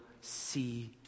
see